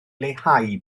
leihau